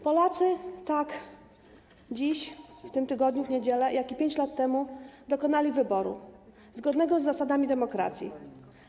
Polacy tak dziś, w tym tygodniu, w niedzielę, jak i 5 lat temu dokonali wyboru zgodnego z zasadami demokracji.